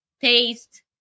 taste